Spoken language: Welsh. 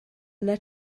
yna